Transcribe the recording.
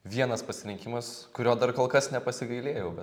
vienas pasirinkimas kurio dar kol kas nepasigailėjau bet